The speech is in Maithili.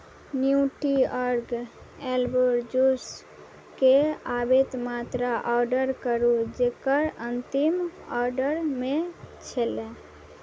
न्यूट्रीअर्ग एल्बो जूसके आबैत मात्रा ऑडर करू जकर अन्तिम ऑडरमे छलै